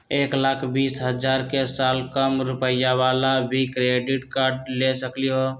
एक लाख बीस हजार के साल कम रुपयावाला भी क्रेडिट कार्ड ले सकली ह?